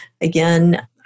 Again